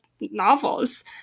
novels